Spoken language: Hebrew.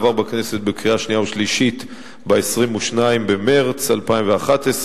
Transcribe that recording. עבר בכנסת בקריאה שנייה ושלישית ב-22 במרס 2011,